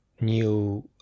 new